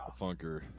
Funker